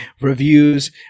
reviews